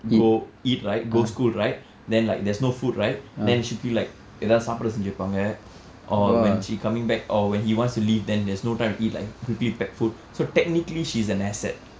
go eat right go school right then like there's no food right then she'll quickly like ஏதாவது சாப்பிட செய்து வைப்பாங்க:aethavathu sappida seythu vaippaanka or when she coming back or when he wants to leave then there's no time to eat like quickly pack food so technically she's an asset